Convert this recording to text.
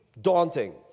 daunting